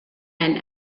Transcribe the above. and